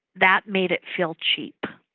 that made it feel cheap.